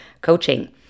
coaching